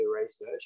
research